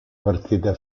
partite